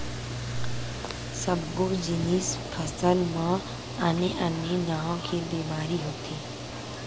सब्बो जिनिस फसल म आने आने नाव के बेमारी होथे